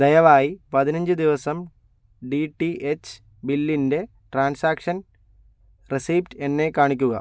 ദയവായി പതിനഞ്ച് ദിവസം ഡി ടി എച്ച് ബില്ലിൻ്റെ ട്രാൻസാക്ഷൻ റെസിപ്റ്റ് എന്നെ കാണിക്കുക